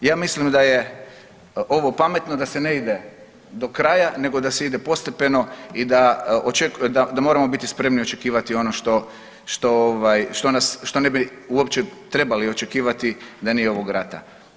Ja mislim da je ovo pametno da se ne ide do kraja nego da se ide postepeno i da moramo biti spremni očekivati ono što, što ovaj, što nas, što ne bi uopće trebali očekivati da nije ovog rata.